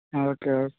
okay okay